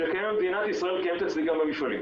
שקיימת במדינת ישראל קיימת אצלי גם במפעלים.